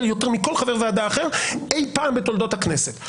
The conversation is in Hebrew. יותר מאשר לכל חבר ועדה אחר אי פעם בתולדות הכנסת.